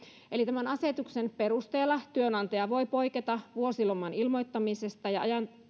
eli tämän asetuksen perusteella työnantaja voi poiketa vuosiloman ilmoittamisesta ja